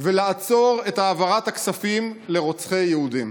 ולעצור את העברת הכספים לרוצחי יהודים.